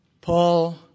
Paul